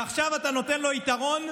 ועכשיו אתה נותן לו יתרון,